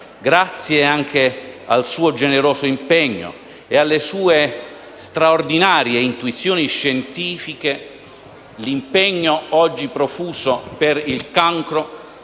Grazie anche al suo generoso impegno e alle sue straordinarie intuizioni scientifiche, l'impegno oggi profuso per il cancro